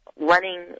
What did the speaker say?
running